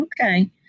Okay